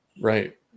right